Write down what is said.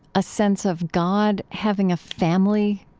a sense of god having a family?